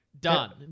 Done